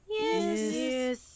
Yes